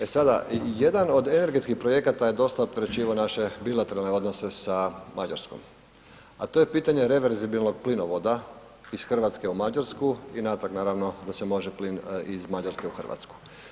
E sada, jedan od energetskih projekata je dosta opterećivao naše bilateralne odnose na Mađarskom a to je pitanje reverzibilnog plinovoda iz Hrvatske u Mađarsku i natrag naravno da se može plin iz Mađarske u Hrvatsku.